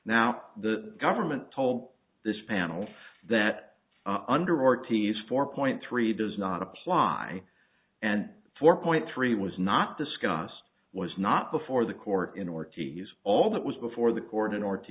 now the government toll this panel that under ortiz four point three does not apply and four point three was not discussed was not before the court in order to use all that was before the court in or